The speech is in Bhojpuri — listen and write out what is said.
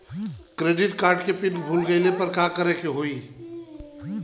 क्रेडिट कार्ड के पिन भूल गईला पर का करे के होई?